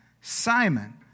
Simon